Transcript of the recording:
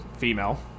female